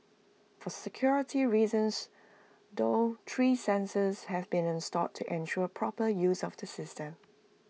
for security reasons though three sensors have been installed to ensure proper use of the system